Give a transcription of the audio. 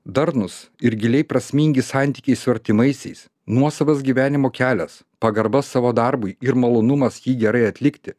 darnūs ir giliai prasmingi santykiai su artimaisiais nuosavas gyvenimo kelias pagarba savo darbui ir malonumas jį gerai atlikti